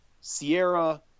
Sierra